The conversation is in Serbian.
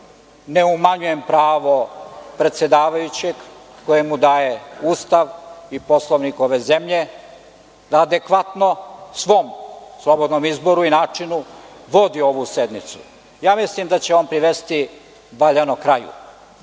ne umanjujem pravo predsedavajućeg koje mu daje Ustav i Poslovnik ove zemlje da adekvatno, po svom slobodnom izboru, vodi ovu sednicu. Ja mislim da će on privesti valjano